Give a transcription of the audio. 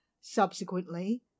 Subsequently